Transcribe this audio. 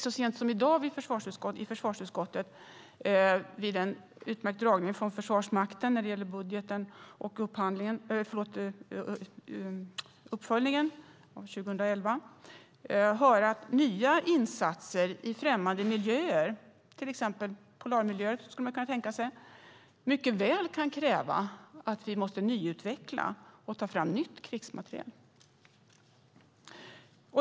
Så sent som i dag fick vi i försvarsutskottet vid en utmärkt dragning av Försvarsmakten när det gäller budgeten och uppföljningen av år 2011 höra att nya insatser i främmande miljöer - till exempel skulle man kunna tänka sig polarmiljöer - mycket väl kan kräva nyutveckling och framtagning av ny krigsmateriel.